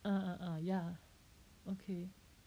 oh oh oh ya okay